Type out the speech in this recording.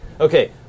Okay